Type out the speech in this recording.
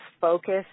focus